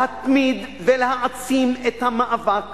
להתמיד ולהעצים את המאבק